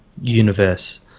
universe